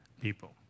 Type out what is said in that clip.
people